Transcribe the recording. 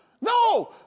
No